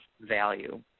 value